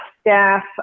staff